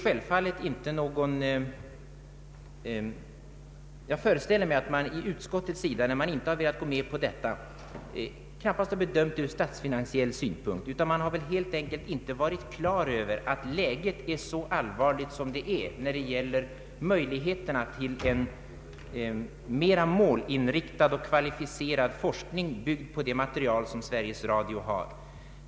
Jag föreställer mig att man i utskottet, när man inte velat gå med på vårt yrkande, knappast har bedömt frågan ur statsfinansiell synpunkt. Man har väl helt enkelt inte varit klar över att läget är så allvarligt som det är när det gäller möjligheterna att bedriva en mer målinriktad och kvalificerad forskning, byggd på det material Sveriges Radio har.